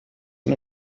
und